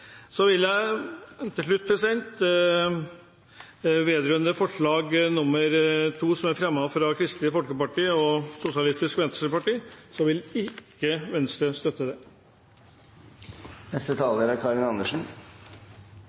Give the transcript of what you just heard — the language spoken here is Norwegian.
Jeg vil til slutt si vedrørende forslag nr. 2, som er fremmet på vegne av Kristelig Folkeparti og Sosialistisk Venstreparti, at Venstre ikke vil støtte det. Det er